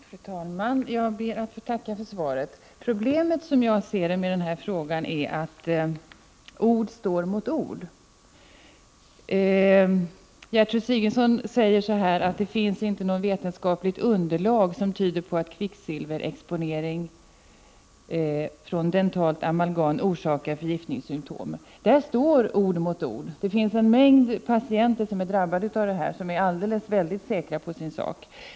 Fru talman! Jag ber att få tacka för svaret. Problemet med den här frågan är, som jag ser det, att ord står mot ord. Gertrud Sigurdsen säger att det inte finns något vetenskapligt underlag som tyder på att kvicksilverexponering från dentalt amalgam orsakar förgiftningssymtom. På den punkten står ord mot ord. Det finns en mängd patienter som är drabbade av detta och som är väldigt säkra på sin sak.